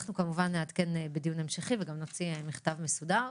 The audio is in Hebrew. אנחנו כמובן נעדכן בדיון המשכי וגם נוציא מכתב מסודר,